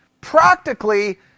practically